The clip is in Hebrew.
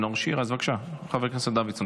בבקשה, חבר הכנסת דוידסון.